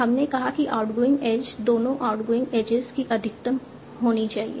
हमने कहा कि आउटगोइंग एज दोनों आउटगोइंग एजेज की अधिकतम होनी चाहिए